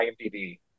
IMDb